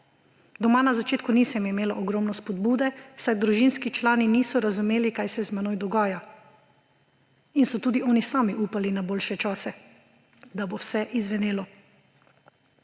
Doma na začetku nisem imela ogromno spodbude, saj družinski člani niso razumeli, kaj se z menoj dogaja, in so tudi oni sami upali na boljše čase, da bo vse izzvenelo.